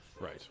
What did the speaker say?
Right